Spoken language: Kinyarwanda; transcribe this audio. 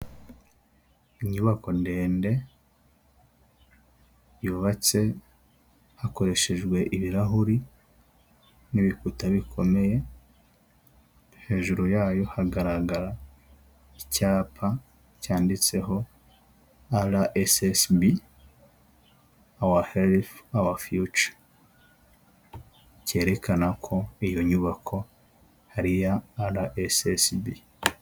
Inyubako ndende, yubatse hakoreshejwe ibirahuri n'ibikuta bikomeye, hejuru yayo hagaragara icyapa cyanditseho RSSB awaherifu awafiyuca. Kerekana ko iyo nyubako ari iya RSSB.